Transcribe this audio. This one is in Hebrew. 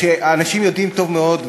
האנשים יודעים טוב מאוד,